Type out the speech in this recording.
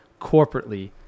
corporately